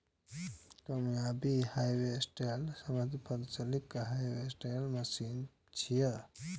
combine harvester सबसं प्रचलित harvester machine छियै